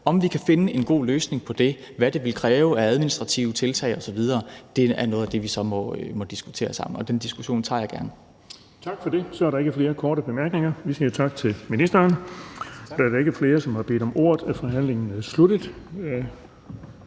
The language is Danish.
Om vi kan finde en god løsning på det, og hvad det vil kræve af administrative tiltag osv., er noget af det, vi så må diskutere sammen, og den diskussion tager jeg gerne. Kl. 11:46 Den fg. formand (Erling Bonnesen): Tak for det. Der er ikke flere korte bemærkninger. Vi siger tak til ministeren. Da der ikke er flere, der har bedt om ordet, er forhandlingen sluttet.